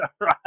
Right